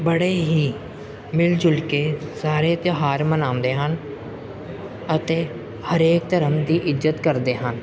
ਬੜੇ ਹੀ ਮਿਲ ਜੁਲ ਕੇ ਸਾਰੇ ਤਿਉਹਾਰ ਮਨਾਉਂਦੇ ਹਨ ਅਤੇ ਹਰੇਕ ਧਰਮ ਦੀ ਇੱਜਤ ਕਰਦੇ ਹਨ